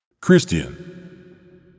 Christian